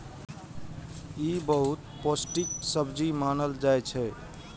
ई बहुत पौष्टिक सब्जी मानल जाइ छै